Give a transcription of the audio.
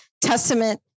testament